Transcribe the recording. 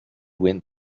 wind